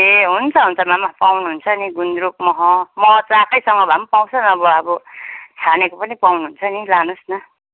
ए हुन्छ हुन्छ मामा पाउनुहुन्छ नि गुन्द्रुक मह मह चाकैसँगै भए पनि पाउँछ नत्र भए अब छानेको पनि पाउनुहुन्छ नी लानुहोस् न